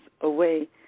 away